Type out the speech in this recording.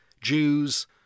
Jews